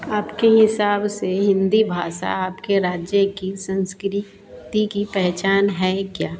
आपके हिसाब से हिंदी भाषा आपके राज्य की संस्कृति की पहचान है क्या